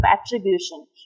attribution